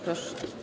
Proszę.